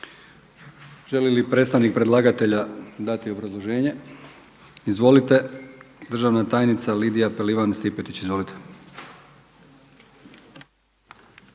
Želi li predstavnik predlagatelja dati obrazloženje? Izvolite državna tajnica Lidija Pelivan Stipetić. Izvolite.